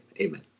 Amen